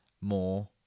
more